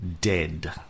dead